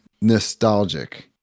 nostalgic